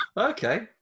Okay